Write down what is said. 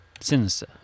Sinister